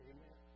Amen